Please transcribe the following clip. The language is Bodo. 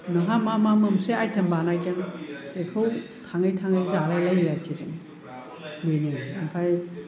नोंहा मा मा मोनबेसे आइटेम बानायदों बेखौ थाङै थाङै जालायलायो आरोखि जों बेनो ओमफ्राय